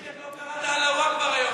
אני לא מבין איך לא קראת "אללהו אכבר" היום.